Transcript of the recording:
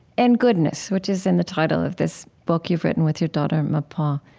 and goodness, which is in the title of this book you've written with your daughter, mpho. ah